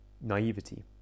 naivety